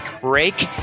break